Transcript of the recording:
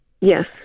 Yes